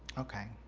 okay.